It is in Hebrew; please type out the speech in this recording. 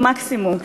מקסימום.